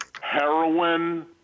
Heroin